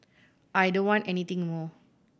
I don't want anything more